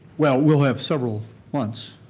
well, we'll have several months